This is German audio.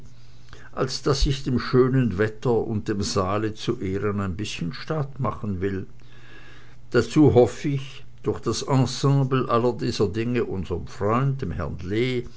als daß ich dem schönen wetter und dem saale zu ehren ein bißchen staat machen will dazu hoff ich durch das ensemble aller dieser dinge unserm freunde dem herren